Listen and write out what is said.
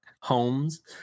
homes